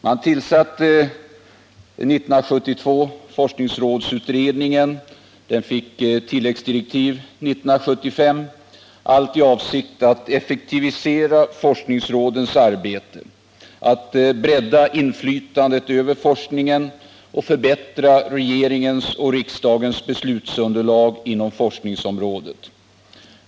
Man tillsatte 1972 forskningsrådsutredningen, som fick tilläggsdirektiv 1975 i avsikt att effektivisera forskningsrådens arbete, bredda inflytandet över forskningen och förbättra regeringens och riksdagens beslutsunderlag inom forskningsområdet.